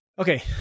Okay